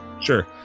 sure